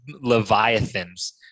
Leviathans